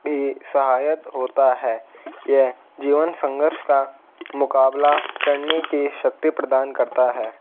भी सहायक होता है यह जीवन संघर्ष का मुकाबला करने की शक्ति प्रदान करता है